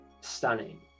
stunning